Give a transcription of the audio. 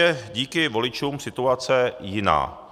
Dnes je díky voličům situace jiná.